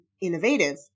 innovative